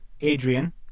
Adrian